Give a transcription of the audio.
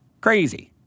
Crazy